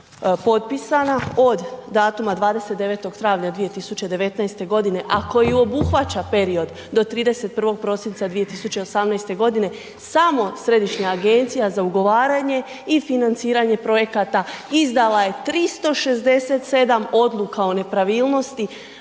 potpisana od datuma 29. travnja 2019.g., a koji obuhvaća period do 31. prosinca 2018.g. samo Središnja agencija za ugovaranje i financiranje projekata izdala je 367 odluka o nepravilnosti